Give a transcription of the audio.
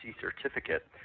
certificate